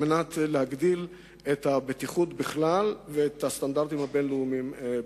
כדי להגביר את הבטיחות בכלל ואת הסטנדרטים הבין-לאומיים בפרט.